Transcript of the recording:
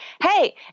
Hey